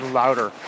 louder